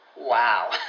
Wow